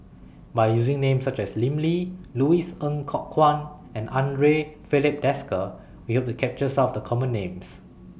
By using Names such as Lim Lee Louis Ng Kok Kwang and Andre Filipe Desker We Hope to capture Some of The Common Names